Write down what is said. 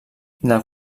del